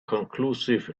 conclusive